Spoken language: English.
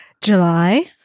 July